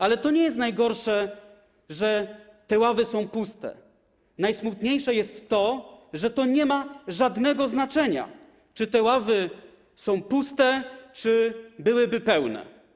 Ale to nie jest najgorsze, że te ławy są puste, najsmutniejsze jest to, że to nie ma żadnego znaczenia, czy te ławy są puste, czy są pełne.